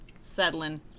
settling